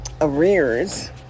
arrears